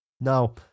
Now